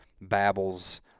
babbles